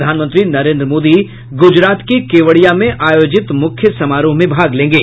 प्रधानमंत्री नरेन्द्र मोदी गुजरात के केवड़िया में आयोजित मुख्य समारोह में भाग लेंगे